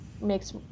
makes